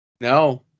No